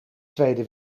tweede